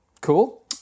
cool